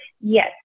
yes